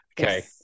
okay